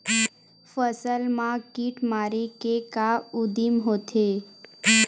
फसल मा कीट मारे के का उदिम होथे?